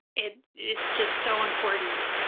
it, it's just so important,